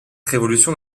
révolution